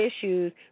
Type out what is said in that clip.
Issues